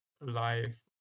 life